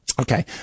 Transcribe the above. okay